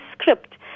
script